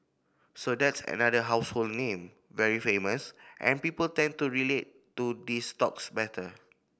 so that's another household name very famous and people tend to relate to these stocks better